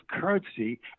currency